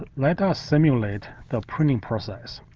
ah let us simulate the printing process.